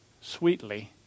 sweetly